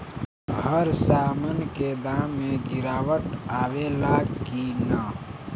हर सामन के दाम मे गीरावट आवेला कि न?